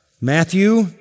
Matthew